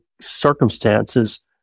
circumstances